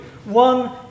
One